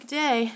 day